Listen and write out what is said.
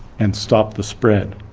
and stop the spread.